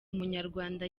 umunyarwanda